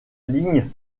ligne